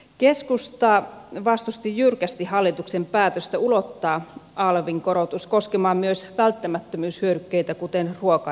keskusta vastusti jyrkästi hallituksen päätöstä ulottaa alvin korotus koskemaan myös välttämättömyyshyödykkeitä kuten ruokaa ja lääkkeitä